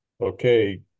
okay